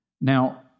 Now